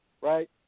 right